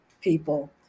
people